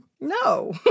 No